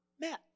met